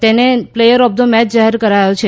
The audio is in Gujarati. તેને પ્લેયર ઓફ ધ મેચ જાહેર કરાયો છે